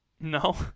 No